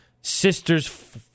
sisters